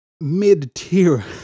mid-tier